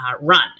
run